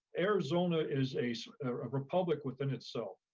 arizona is a so ah republic within itself.